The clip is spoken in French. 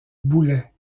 boulets